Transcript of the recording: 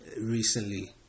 recently